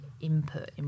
input